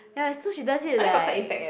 ya as though she does it like